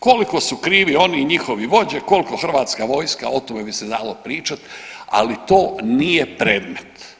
Koliko su krivi oni i njihove vođe, koliko Hrvatska vojska o tome bi se dalo pričati ali to nije predmet.